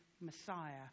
messiah